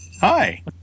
hi